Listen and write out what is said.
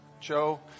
Joe